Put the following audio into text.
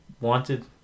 wanted